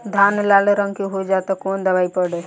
धान लाल रंग के हो जाता कवन दवाई पढ़े?